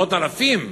עשרות אלפים.